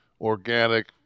organic